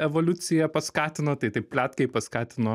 evoliuciją paskatino tai taip pletkai paskatino